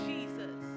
Jesus